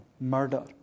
Murder